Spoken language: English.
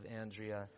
Andrea